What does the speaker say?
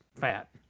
fat